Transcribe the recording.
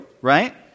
right